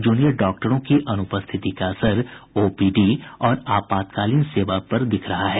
junior डॉक्टरों की अनुपस्थिति का असर ओपीडी और आपातकालीन सेवा पर पड़ रहा है